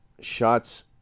shots